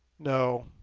no.